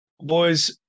Boys